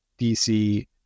DC